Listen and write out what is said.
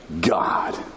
God